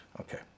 Okay